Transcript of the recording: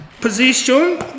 position